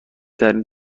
ترین